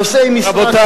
נושאי משרה כאלה,